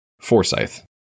Forsyth